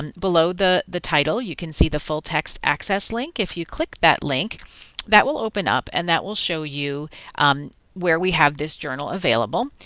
um below the the title you can see the full text access link if you click that link that will open up and that will show you where we have this journal available.